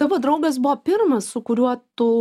tavo draugas buvo pirmas su kuriuo tu